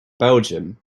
belgium